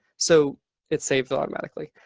so it saves automatically.